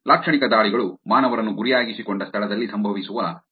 ಲಾಕ್ಷಣಿಕ ದಾಳಿಗಳು ಮಾನವರನ್ನು ಗುರಿಯಾಗಿಸಿಕೊಂಡ ಸ್ಥಳದಲ್ಲಿ ಸಂಭವಿಸುವ ದಾಳಿಗಳಾಗಿವೆ